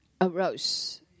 arose